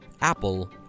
Apple